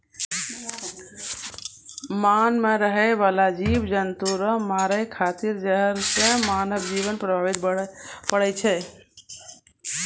मान मे रहै बाला जिव जन्तु रो मारै खातिर जहर से मानव जिवन प्रभावित पड़ै छै